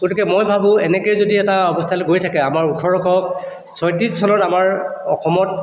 গতিকে মই ভাবোঁ এনেকৈ যদি এটা অৱস্থালৈ গৈ থাকে আমাৰ ওঠৰশ ছয়ত্ৰিছ চনত আমাৰ অসমত